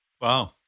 Wow